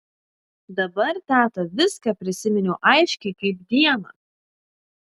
dabar teta viską prisiminiau aiškiai kaip dieną